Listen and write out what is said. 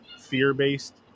fear-based